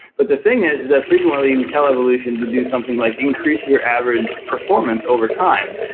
but the thing is, is that frequently we tell evolution to do something like increase your average performance overtime.